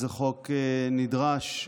חוק זה הוא נדרש,